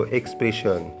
expression